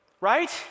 right